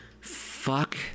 fuck